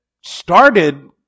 started